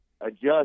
adjust